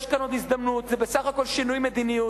יש כאן עוד הזדמנות, זה בסך הכול שינוי מדיניות.